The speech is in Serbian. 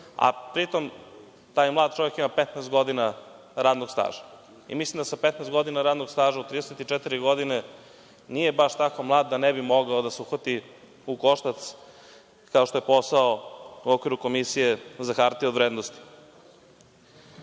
Pri tom, taj mladi čovek ima 15 godina radnog staža. Mislim da sa 15 godina radnog staža u 34 godine nije baš tako mlad da ne bi mogao da se uhvati u koštac kao što je posao u okviru Komisije za hartije od vrednosti. Ono